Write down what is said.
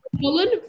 Colin